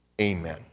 Amen